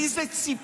מי זה "ציפינו"?